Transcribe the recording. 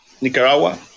Nicaragua